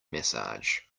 massage